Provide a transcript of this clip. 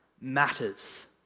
matters